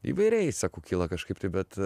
įvairiai sako kyla kažkaip tai bet